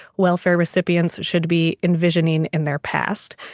welfare recipients should be envisioning in their past.